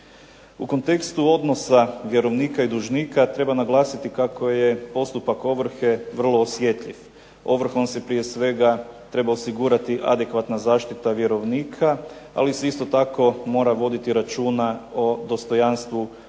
U kontekstu odnosa vjerovnika i dužnika, treba naglasiti kako je postupak ovrhe vrlo osjetljiv. Ovrhom se prije svega treba osigurati adekvatna zaštita vjerovnika, ali se isto tako mora voditi računa o dostojanstvu ovršenika,